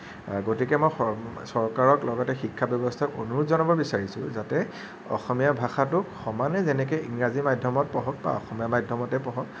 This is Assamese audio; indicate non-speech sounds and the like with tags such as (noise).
গতিকে মই (unintelligible) চৰকাৰক লগতে শিক্ষা ব্যৱস্থাক অনুৰোধ জনাব বিচাৰিছোঁ যাতে অসমীয়া ভাষাটোক সমানে যেনেকে ইংৰাজী মাধ্যমতে পঢ়ক বা অসমীয়া মাধ্যমতে পঢ়ক